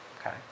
Okay